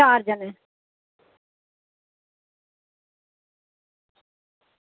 चार जने